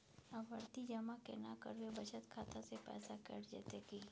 आवर्ति जमा केना करबे बचत खाता से पैसा कैट जेतै की?